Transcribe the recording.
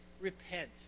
repent